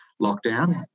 lockdown